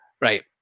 right